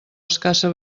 escassa